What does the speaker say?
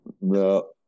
No